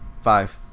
Five